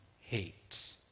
hates